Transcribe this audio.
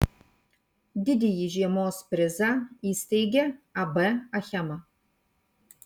didįjį žiemos prizą įsteigė ab achema